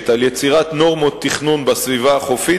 על יצירת נורמות תכנון בסביבה החופית,